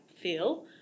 feel